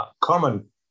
common